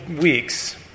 weeks